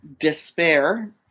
despair